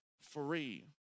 free